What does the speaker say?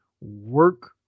work